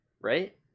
right